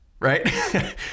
Right